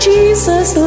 Jesus